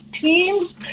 teams